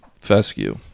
fescue